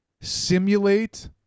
simulate